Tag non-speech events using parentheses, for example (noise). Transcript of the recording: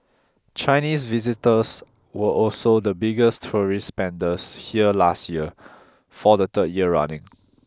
Chinese visitors were also the biggest tourist spenders here last year for the third year running (noise)